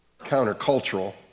countercultural